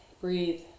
breathe